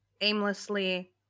aimlessly